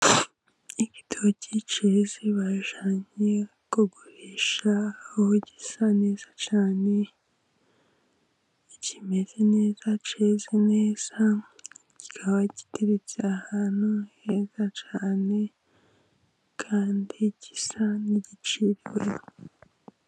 Igitoki cyeze, bajyanye kugurisha, aho gisa neza cyane, kimeze neza cyeze neza ,kikaba giteretse ahantu heza cyane, Kandi gisa n'igiciriweho.